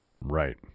Right